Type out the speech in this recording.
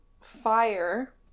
Fire